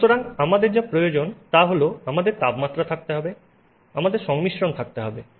সুতরাং আমাদের যা প্রয়োজন তা হল আমাদের তাপমাত্রা থাকতে হবে আপনার সংমিশ্রণ থাকতে হবে